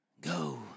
Go